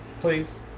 Please